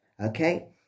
okay